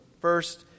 first